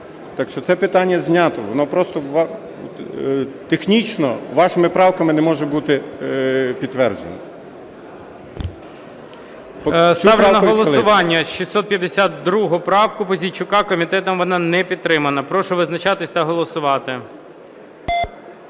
Так що це питання знято. Воно просто технічно вашими правками не може бути підтверджено.